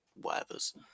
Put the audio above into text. whatevers